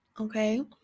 okay